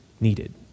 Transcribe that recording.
needed